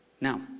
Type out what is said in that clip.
Now